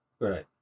Right